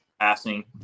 passing